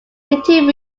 meeting